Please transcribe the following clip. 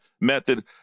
method